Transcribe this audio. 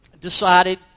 decided